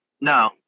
No